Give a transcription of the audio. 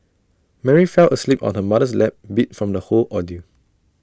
Mary fell asleep on her mother's lap beat from the whole ordeal